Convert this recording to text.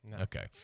Okay